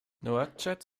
nouakchott